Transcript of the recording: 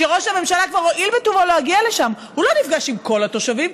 כשראש הממשלה כבר הואיל בטובו להגיע לשם הוא לא נפגש עם כל התושבים,